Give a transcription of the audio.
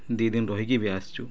ଦୁଇ ଦିନ ରହିକି ବି ଆସିଛୁ